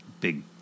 big